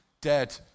dead